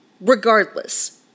Regardless